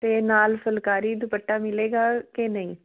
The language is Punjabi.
ਅਤੇ ਨਾਲ ਫੁਲਕਾਰੀ ਦੁਪੱਟਾ ਮਿਲੇਗਾ ਕਿ ਨਹੀਂ